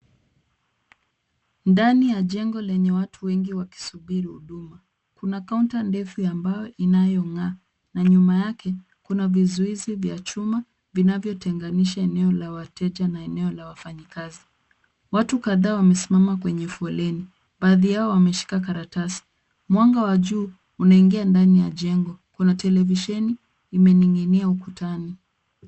Ndani ya jengo lenye watu wengi wakisubiri huduma. Kuna counter ndefu ya mbao inayong'aa na nyuma yake kuna vizuizi vya chuma vinavyotenganisha eneo la wateja na eneo la wafanyikazi. Watu kadhaa wamesimama kwenye foleni. Baadhi yao wameshika karatasi. Mwanga wa juu unaingia ndani ya jengo. Kuna televisheni imening'inia ukutani.